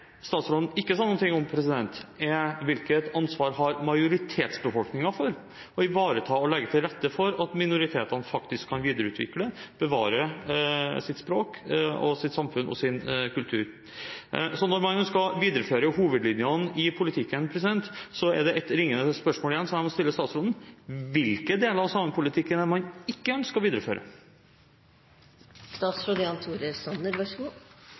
statsråden ikke sa noe om, var hvilket ansvar majoritetsbefolkningen har for å ivareta og legge til rette for at minoritetene faktisk kan videreutvikle og bevare sitt språk, sitt samfunn og sin kultur. Så når man skal videreføre hovedlinjene i politikken, er det ett spørsmål igjen jeg må stille statsråden: Hvilke deler av samepolitikken er det man ikke ønsker å videreføre?